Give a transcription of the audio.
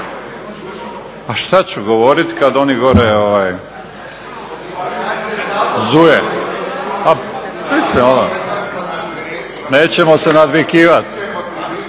A šta ću govoriti kada oni gore zuje. Nećemo se nadvikivati,